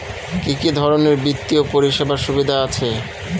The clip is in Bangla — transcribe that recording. কি কি ধরনের বিত্তীয় পরিষেবার সুবিধা আছে?